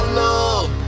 love